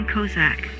Kozak